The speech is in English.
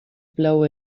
blow